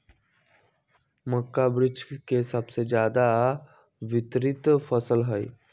मक्का विश्व के सबसे ज्यादा वितरित फसल हई